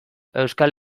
euskal